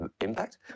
impact